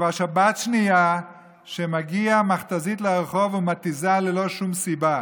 שכבר שבת שנייה שמגיעה מכת"זית לרחוב ומתיזה לא שום סיבה: